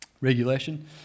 regulation